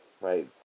right